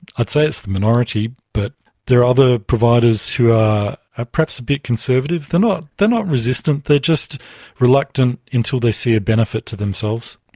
i'd say it's the minority, but there are other providers who are ah perhaps a bit conservative. they're not they're not resistant, they are just reluctant until they see a benefit to themselves.